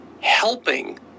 helping